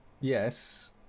Yes